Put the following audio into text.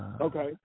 Okay